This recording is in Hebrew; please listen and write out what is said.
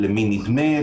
"למי נדמה?",